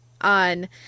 on